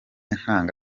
ntanga